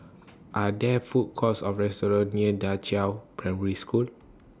Are There Food Courts Or restaurants near DA Qiao Primary School